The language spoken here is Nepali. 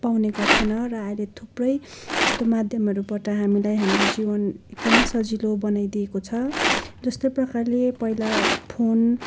पाउने गर्थेन र अहिले थुप्रै यस्तो माध्यमहरूबाट हामीलाई हाम्रो जीवन एकदमै सजिलो बनाइदिएको छ जस्तो प्रकारले पहिला फोन